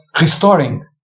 restoring